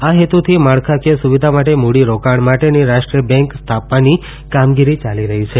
આ હેતુથી માળખાકીય સુવિધા માટે મુડીરોકાણ માટેની રાષ્ટ્રીય બેંક સ્થાપવાની કામગીરી યાલી રહી છે